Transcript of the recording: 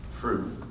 fruit